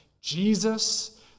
Jesus